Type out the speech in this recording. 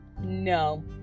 No